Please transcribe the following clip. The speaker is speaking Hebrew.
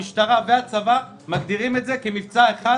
המשטרה והצבא מגדירים את זה כמבצע אחד,